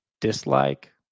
dislike